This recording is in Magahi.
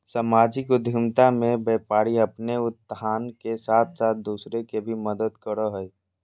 सामाजिक उद्द्मिता मे व्यापारी अपने उत्थान के साथ साथ दूसर के भी मदद करो हय